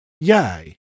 yay